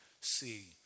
see